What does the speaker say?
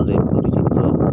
ସେ ପରିଚିତ